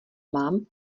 mám